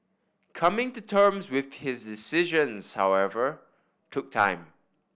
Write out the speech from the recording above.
coming to terms with his decisions however took time